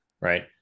Right